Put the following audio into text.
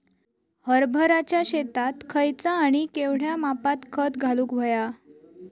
हरभराच्या शेतात खयचा आणि केवढया मापात खत घालुक व्हया?